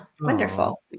wonderful